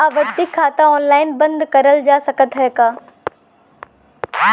आवर्ती खाता ऑनलाइन बन्द करल जा सकत ह का?